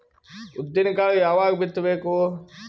ಉದ್ದಿನಕಾಳು ಯಾವಾಗ ಬಿತ್ತು ಬೇಕು?